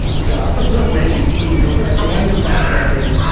so waiting for you at the end of that decade.